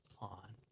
on